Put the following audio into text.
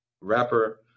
rapper